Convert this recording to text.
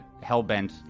hell-bent